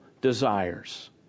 desires